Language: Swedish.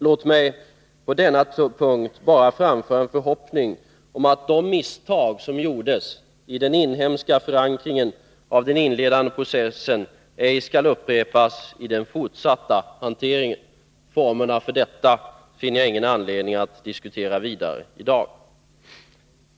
Låt mig på denna punkt bara framföra en förhoppning om att de misstag som gjordes i den inhemska förankringen av den inledande processen ej skall upprepas i den fortsatta hanteringen. Formerna för detta finner jag ingen anledning att diskutera vidare i dag.